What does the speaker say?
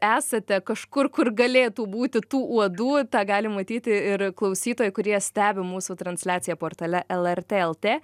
esate kažkur kur galėtų būti tų uodų tą gali matyti ir klausytojai kurie stebi mūsų transliaciją portale lrt lt